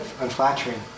unflattering